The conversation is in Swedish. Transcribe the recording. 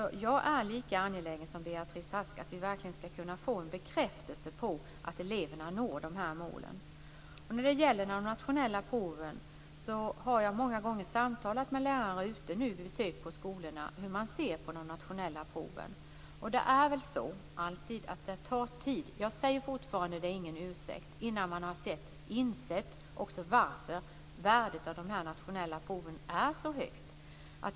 Jag är lika angelägen som Beatrice Ask att vi verkligen skall få en bekräftelse på att eleverna når målen. Jag har många gånger samtalat med lärare vid besök på skolorna om hur man ser på de nationella proven. Det är väl alltid så att det tar tid - jag säger fortfarande att det inte är någon ursäkt - innan man har insett varför värdet av de nationella proven är så högt.